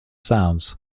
sounds